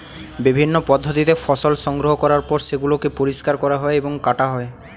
বিভিন্ন পদ্ধতিতে ফসল সংগ্রহ করার পর সেগুলোকে পরিষ্কার করা হয় এবং কাটা হয়